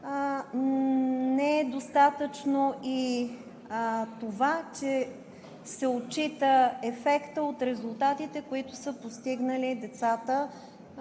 Не е достатъчно и това, че се отчита ефектът от резултатите, които са постигнали децата